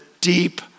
deep